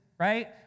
right